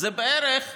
זה בערך,